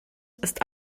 ist